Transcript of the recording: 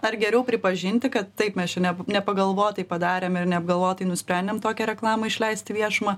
ar geriau pripažinti kad taip mes čia ne nepagalvotai padarėme ir neapgalvotai nusprendėm tokią reklamą išleist į viešumą